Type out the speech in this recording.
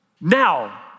Now